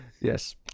yes